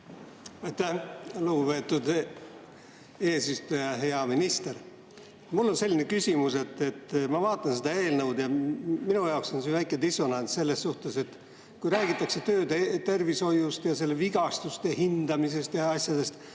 lugupeetud eesistuja! Hea minister! Mul on selline küsimus. Ma vaatan seda eelnõu ja minu jaoks on siin väike dissonants selles suhtes, et kui räägitakse töötervishoiust ja vigastuste hindamisest ja asjadest,